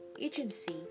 agency